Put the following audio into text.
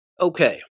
Okay